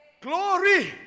glory